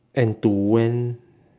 and to when